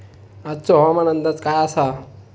आजचो हवामान अंदाज काय आसा?